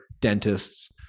dentists